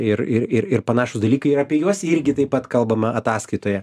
ir ir ir ir panašūs dalykai ir apie juos irgi taip pat kalbama ataskaitoje